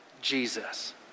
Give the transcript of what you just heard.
Jesus